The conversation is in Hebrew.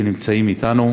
שנמצאות אתנו.